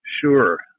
Sure